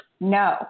no